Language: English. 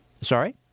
Sorry